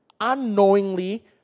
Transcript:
unknowingly